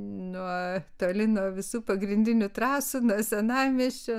nuo toli nuo visų pagrindinių trasų senamiesčio